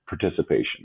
participation